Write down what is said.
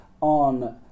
on